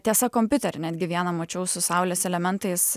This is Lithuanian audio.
tiesa kompiuterį netgi vieną mačiau su saulės elementais